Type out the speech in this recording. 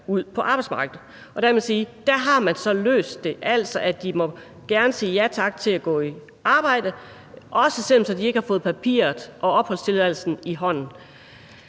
ud på arbejdsmarkedet. Der må det siges, at det har man så løst. De må gerne sige ja tak til at gå i arbejde, også selv om de ikke har fået papiret og opholdstilladelsen i hånden.